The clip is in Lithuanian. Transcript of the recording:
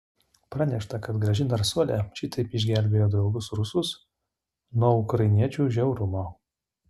pranešta kad graži narsuolė šitaip išgelbėjo draugus rusus nuo ukrainiečių žiaurumo